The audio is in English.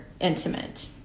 intimate